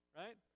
right